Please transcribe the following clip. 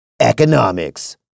Economics